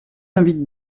invite